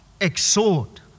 exhort